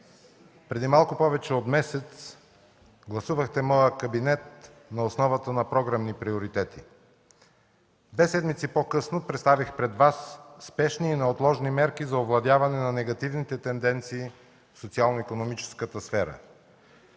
Преди малко повече от месец гласувахте моя кабинет на основата на програмни приоритети. Две седмици по-късно представих пред Вас спешни и неотложни мерки за овладяване на негативните тенденции в социално-икономическата сфера.